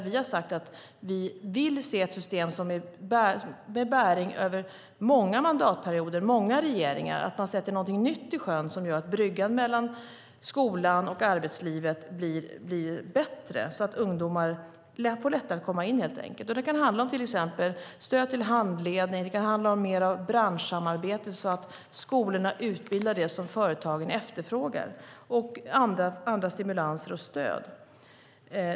Vi har sagt att vi vill se ett system med bäring över många mandatperioder och regeringar, att man sätter någonting nytt i system som gör att bryggan mellan skolan och arbetslivet blir bättre, så att ungdomar får lättare att komma in. Det kan handla om stöd till handledning, branschsamarbete så att skolorna utbildar till det som företagen efterfrågar och andra stimulanser och stöd.